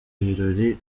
ibirori